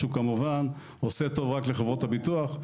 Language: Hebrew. שהוא כמובן עושה טוב רק לחברות הביטוח,